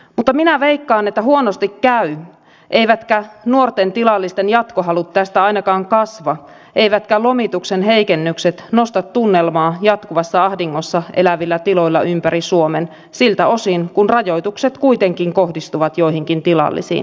mutta minä veikkaan että huonosti käy eivätkä nuorten tilallisten jatkohalut tästä ainakaan kasva eivätkä lomituksen heikennykset nosta tunnelmaa jatkuvassa ahdingossa elävillä tiloilla ympäri suomen siltä osin kuin rajoitukset kuitenkin kohdistuvat joihinkin tilallisiin heikentävästi